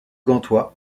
gantois